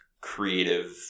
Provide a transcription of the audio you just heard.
creative